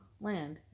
land